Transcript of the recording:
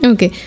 Okay